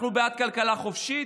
אנחנו בעד כלכלה חופשית,